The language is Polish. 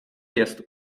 jest